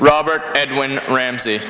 robert edwin ramsey